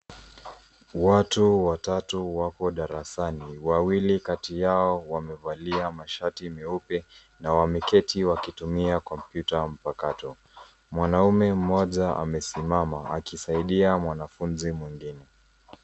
Watu watatu wapo darasani, wawili kati yao wamevalia mashati meupe, na wameketi wakitumia kompyuta mpakato. Mwanaume mmoja amesimama, akisaidia mwanafunzi mwingine.